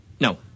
No